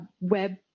web